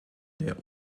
der